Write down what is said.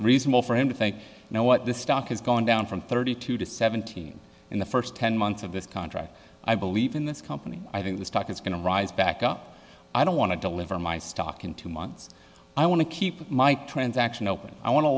reasonable for him to think now what this stock has gone down from thirty two to seventeen in the first ten months of this contract i believe in this company i think the stock is going to rise back up i don't want to deliver my stock in two months i want to keep my transaction open i want to